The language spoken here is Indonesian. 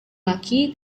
laki